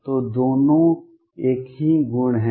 तो दोनों एक ही गुण हैं